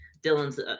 Dylan's